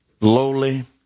lowly